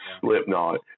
Slipknot